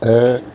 ऐं